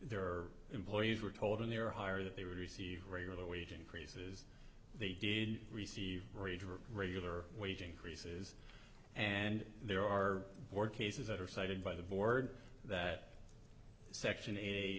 their employees were told in their hire that they receive regular wage increases they did receive regular wage increases and there are more cases that are cited by the board that section a